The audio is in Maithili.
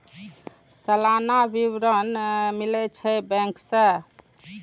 सलाना विवरण मिलै छै बैंक से?